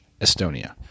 Estonia